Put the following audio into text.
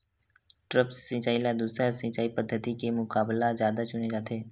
द्रप्स सिंचाई ला दूसर सिंचाई पद्धिति के मुकाबला जादा चुने जाथे